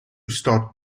start